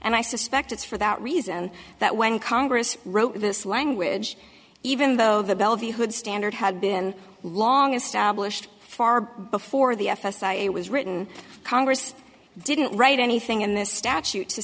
and i suspect it's for that reason that when congress wrote this language even though the bellevue hood standard had been long established far before the f s a was written congress didn't write anything in this statute to